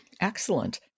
Excellent